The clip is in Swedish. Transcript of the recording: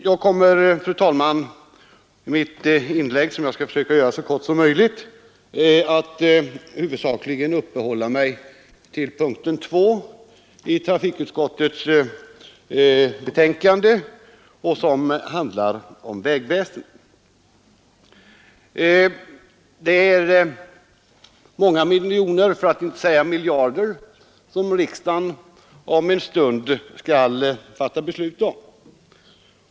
Jag kommer, fru talman, i mitt inlägg — som jag skall försöka göra så kort som möjligt — huvudsakligen att uppehålla mig vid punkten 2 i trafikutskottets betänkande, som handlar om vägväsendet. Det är många miljoner, för att inte säga miljarder, som riksdagen om 137 en stund skall fatta beslut om.